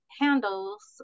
handles